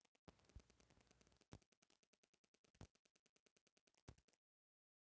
कड़ा रबड़ के इस्तमाल रेडिओ आ टी.वी बनावे में होला